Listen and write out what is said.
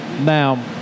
Now